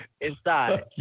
inside